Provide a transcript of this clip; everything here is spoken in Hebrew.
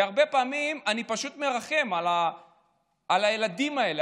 הרבה פעמים אני פשוט מרחם על הילדים האלה,